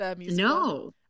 No